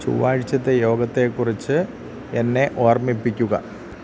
ചൊവ്വാഴ്ചത്തെ യോഗത്തെക്കുറിച്ച് എന്നെ ഓര്മിപ്പിക്കുക